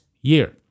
year